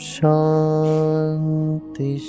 Shanti